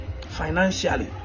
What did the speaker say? financially